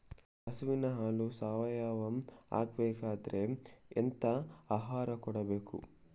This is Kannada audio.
ಹಸುವಿನ ಹಾಲು ಸಾವಯಾವ ಆಗ್ಬೇಕಾದ್ರೆ ಎಂತ ಆಹಾರ ಕೊಡಬೇಕು?